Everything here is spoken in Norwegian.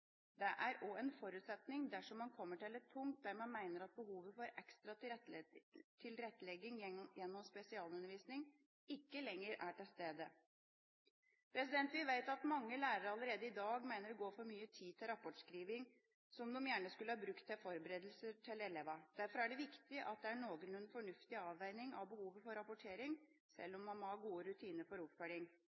Det er også en forutsetning dersom man kommer til et punkt der man mener at behovet for ekstra tilrettelegging gjennom spesialundervisning ikke lenger er til stede. Vi vet at mange lærere allerede i dag mener det går for mye tid til rapportskriving, som de gjerne skulle brukt til forberedelser og til elevene. Derfor er det viktig at det er noenlunde fornuftig avveining av behovet for rapportering, sjøl om man må ha gode rutiner